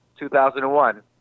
2001